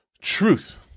truth